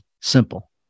simple